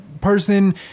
person